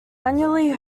annually